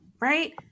right